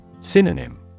Synonym